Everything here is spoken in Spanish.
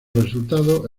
resultado